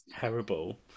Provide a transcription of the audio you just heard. terrible